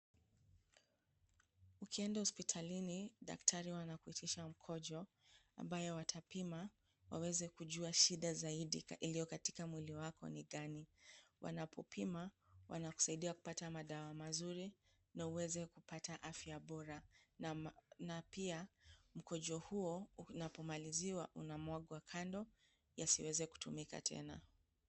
Ukienda hospitalini daktari wanakuitisha mkojo ambayo watapima waweze kujua shida zaidi iliyo katika mwili yako ni gani. Wanapopima wanakusaidia kupata madawa mazuri na uweze kupata afya bora, na pia mkojo huo unapo maliziwa unamwagwa kando yasiweze kutumika tena.